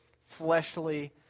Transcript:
fleshly